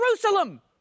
Jerusalem